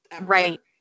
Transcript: Right